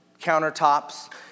countertops